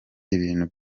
ibintu